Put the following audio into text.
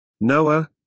Noah